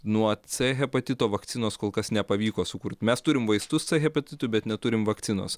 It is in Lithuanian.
nuo c hepatito vakcinos kol kas nepavyko sukurt mes turim vaistus c hepatitui bet neturim vakcinos